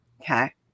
Okay